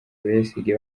besigye